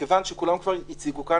מכיוון שכולם כבר הציגו כאן.